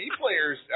players